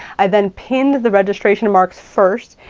i then pinned the registration marks first,